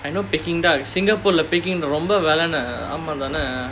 I know peking duck singapore lah peking ரொம்ப வேலைனு ஆமா தானே:romba velainu aamaa thaanae